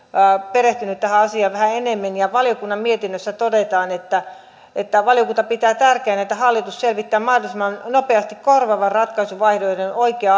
perehtynyt tähän asiaan vähän enemmän ja valiokunnan mietinnössä todetaan että että valiokunta pitää tärkeänä että hallitus selvittää mahdollisimman nopeasti korvaavan ratkaisuvaihtoehdon oikea